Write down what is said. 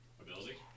ability